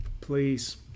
Please